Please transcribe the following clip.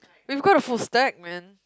we've got a full stack man